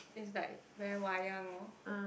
is like very wayang lor